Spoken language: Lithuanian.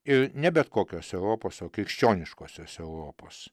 ir ne bet kokios europos o krikščioniškosios europos